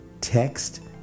Text